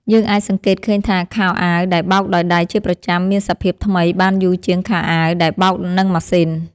យើងអាចសង្កេតឃើញថាខោអាវដែលបោកដោយដៃជាប្រចាំមានសភាពថ្មីបានយូរជាងខោអាវដែលបោកនឹងម៉ាស៊ីន។